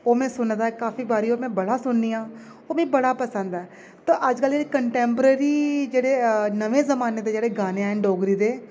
ओह् में सुने दा ऐ काफी बारी ओह् में बड़ा सुननी आं ओह् मीं बड़ा पसंद ऐ ते अजकल दे कंटैंप्रेरी जेह्ड़े नमें जमाने दे जेह्ड़े गाने आए न डोगरी दे